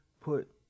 put